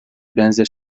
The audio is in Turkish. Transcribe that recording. benzer